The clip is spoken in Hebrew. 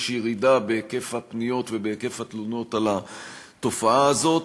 יש ירידה בהיקף הפניות ובהיקף התלונות על התופעה הזאת.